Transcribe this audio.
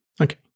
Okay